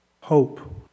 hope